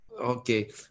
Okay